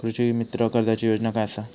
कृषीमित्र कर्जाची योजना काय असा?